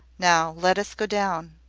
now let us go down.